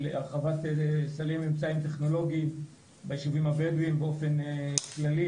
הרחבת סלים לאמצעים טכנולוגיים ביישובים הבדואים באופן כללי,